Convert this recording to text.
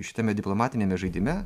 šitame diplomatiniame žaidime